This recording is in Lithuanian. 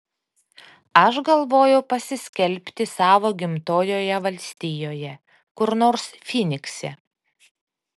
aš galvojau pasiskelbti savo gimtojoje valstijoje kur nors fynikse